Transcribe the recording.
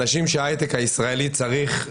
אנשים שההייטק הישראלי צריך ב"נרות",